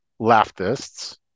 leftists